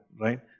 right